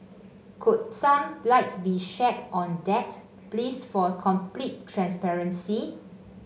could some lights be shed on that please for complete transparency